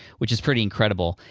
which is pretty incredible.